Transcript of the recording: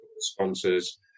sponsors